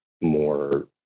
more